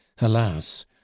Alas